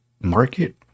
market